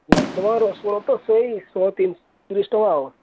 ବର୍ତ୍ତମାନ ରସୁଣ ତ ସେଇ ଶହେ ତିରିଶ ଟଙ୍କା